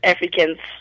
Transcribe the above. Africans